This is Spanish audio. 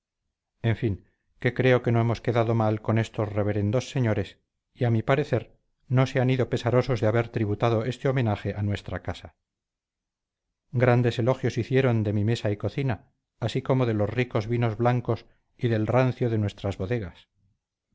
en fin que creo no hemos quedado mal con estos reverendos señores y a mi parecer no se han ido pesarosos de haber tributado este homenaje a nuestra casa grandes elogios hicieron de mi mesa y cocina así como de los ricos vinos blancos y del rancio de nuestras bodegas